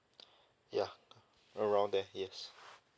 ya around there yes